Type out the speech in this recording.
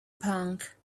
punk